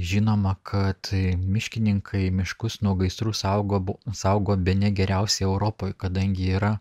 žinoma kad miškininkai miškus nuo gaisrų saugo bu saugo bene geriausiai europoje kadangi yra